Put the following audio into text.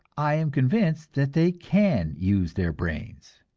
i am convinced that they can use their brains!